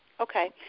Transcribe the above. Okay